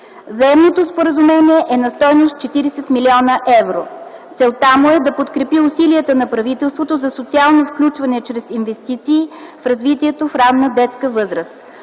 Заемното споразумение е на стойност 40 млн. евро. Целта му е да подкрепи усилията на правителството за социално включване чрез инвестиции в развитието в ранна детска възраст.